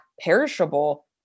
perishable